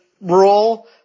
rule